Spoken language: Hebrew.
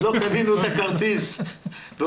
הכרטיס.